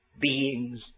beings